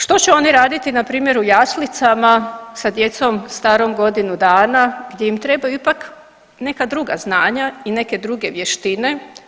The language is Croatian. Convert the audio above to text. Što će oni raditi npr. u jaslicama sa djecom starom godinu dana gdje im trebaju ipak neka druga znanja i neke druge vještine.